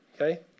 Okay